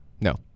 No